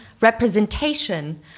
representation